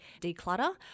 declutter